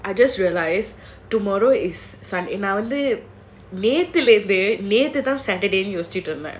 I just realise tomorrow is நான் வந்ததிலிருந்து நெனச்சிட்டுருந்தேன்:naan vanthathilaerunthu nenachchiturunthaen